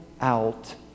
out